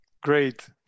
Great